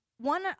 one